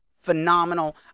phenomenal